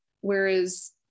Whereas